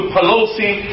Pelosi